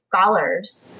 scholars